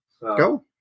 Go